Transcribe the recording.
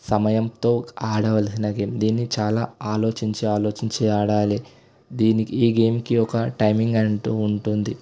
సమయంతో ఆడవలసిన గేమ్ దీన్ని చాలా ఆలోచించి ఆలోచించి ఆడాలి దీనికి ఈ గేమ్కి ఒక టైమింగ్ అంటు ఉంటుంది